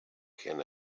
can